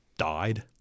died